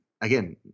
again